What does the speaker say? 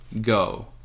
Go